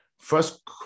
first